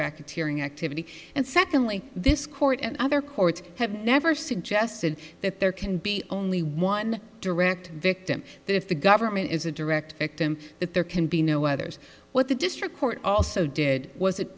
racketeering activity and secondly this court and other courts i have never suggested that there can be only one direct victim that if the government is a direct victim that there can be no others what the district court also did was it